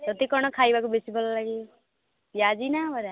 ତୋତେ କଣ ଖାଇବାକୁ ବେଶି ଭଲ ଲାଗେ ପିଆଜି ନାଁ ବରା